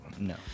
No